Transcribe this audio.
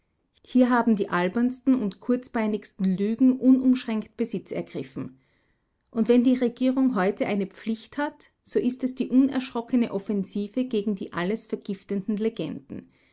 hier haben die albernsten und kurzbeinigsten lügen unumschränkt besitz ergriffen und wenn die regierung heute eine pflicht hat so ist es die unerschrockene offensive gegen die alles vergiftenden legenden